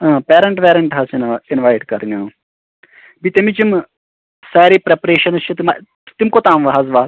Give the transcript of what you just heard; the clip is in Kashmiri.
پیرنٛٹ ویرنٛٛٹ حظ چھِ اِنوَایٹ کَرٕنۍ بیٚیہِ تَمِچ یِِم سارے پرٛٮ۪ٚپرٛیشَنٛز چھِ تِم کوٚتام حظ واژٕ